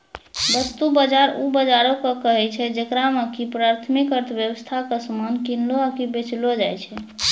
वस्तु बजार उ बजारो के कहै छै जेकरा मे कि प्राथमिक अर्थव्यबस्था के समान किनलो आकि बेचलो जाय छै